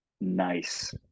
nice